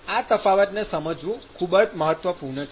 આ તફાવતને સમજવું ખૂબ જ મહત્વપૂર્ણ છે